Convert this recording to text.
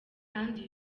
kandi